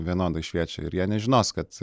vienodai šviečia ir jie nežinos kad